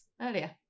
earlier